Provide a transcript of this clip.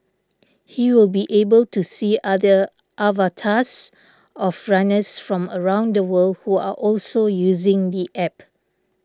he will be able to see other avatars of runners from around the world who are also using the App